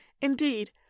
Indeed